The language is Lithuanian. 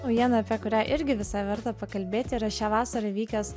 naujieną apie kurią irgi visai verta pakalbėti yra šią vasarą vykęs